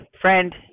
friend